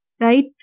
Right